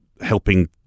helping